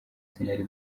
sinari